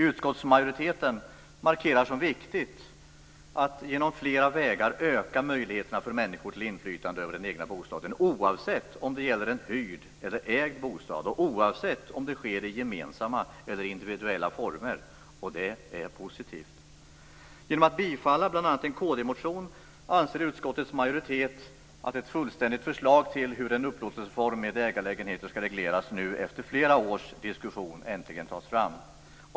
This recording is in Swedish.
Utskottsmajoriteten markerar att det är viktigt att på flera sätt öka möjligheterna för människor att få inflytande över den egna bostaden, oavsett om det gäller en hyrd eller ägd bostad och oavsett om det sker i gemensamma eller individuella former. Och det är positivt. Genom att tillstyrka bl.a. en kd-motion anser utskottets majoritet att ett fullständigt förslag till hur en upplåtelseform med ägarlägenheter skall regleras, efter flera års diskussion, äntligen tas fram.